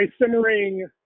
simmering